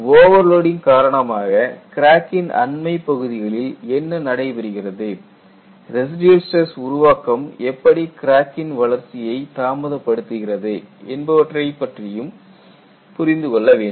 over loading காரணமாக கிராக்கின் அண்மைப் பகுதிகளில் என்ன நடைபெறுகிறது ரெசிடியல் ஸ்டிரஸ் உருவாக்கம் எப்படி கிராக்கின் வளர்ச்சியை தாமதப்படுத்துகிறது என்பவற்றைப் பற்றியும் புரிந்து கொள்ள வேண்டும்